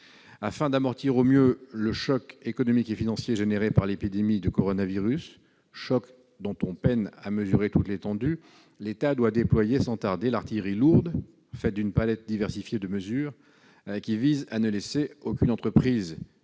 Afin d'amortir au mieux le choc économique et financier créé par l'épidémie de coronavirus, choc dont on peine à mesurer toute l'étendue, l'État doit déployer sans tarder l'artillerie lourde, faite d'une palette diversifiée de mesures qui vise à ne laisser aucune entreprise ni aucun